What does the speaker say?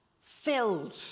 filled